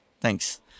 Thanks